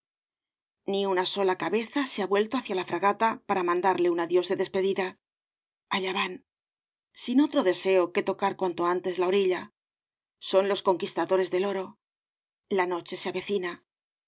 ni una sola cabeza se ha vuelto hacia la fragata para mandarle un adiós de despedida allá van sin obras de valle inclan otro deseo que tocar cuanto antes la orilla son los conquistadores del oro la noche se avecina